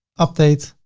update.